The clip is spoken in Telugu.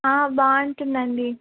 బాగుంటుందండి